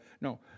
No